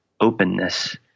openness